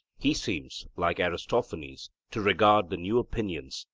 he seems, like aristophanes, to regard the new opinions,